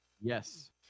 Yes